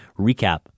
recap